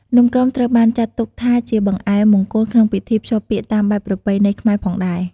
នំគមត្រូវបានចាត់ទុកថាជាបង្អែមមង្គលក្នុងពិធីភ្ជាប់ពាក្យតាមបែបប្រពៃណីខ្មែរផងដែរ។